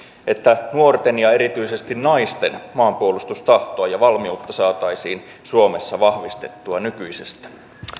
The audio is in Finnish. että nuorten ja erityisesti naisten maanpuolustustahtoa ja valmiutta saataisiin suomessa vahvistettua nykyisestä